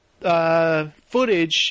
footage